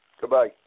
Goodbye